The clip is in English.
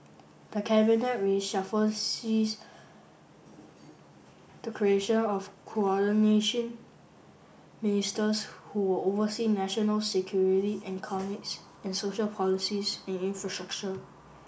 the cabinet reshuffle sees the creation of Coordination Ministers who will oversee national security economics and social policies and infrastructure